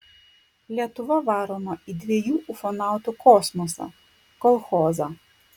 lietuva varoma į dviejų ufonautų kosmosą kolchozą